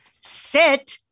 sit